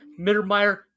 Mittermeier